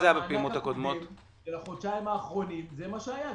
המענק הקודם של החודשיים האחרונים - זה מה שהיה.